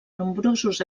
nombrosos